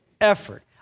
effort